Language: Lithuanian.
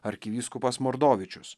arkivyskupas mordovičius